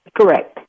Correct